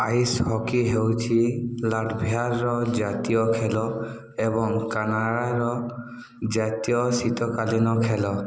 ice hockey ହେଉଛି ଲାଟଭିଆର ଜାତୀୟ ଖେଳ ଏବଂ କାନାଡ଼ାର ଜାତୀୟ ଶୀତକାଳୀନ ଖେଳ